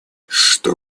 что